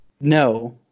No